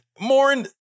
Mourn